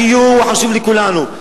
הגיור חשוב לכולנו.